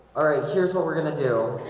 all right, here's what we're gonna do.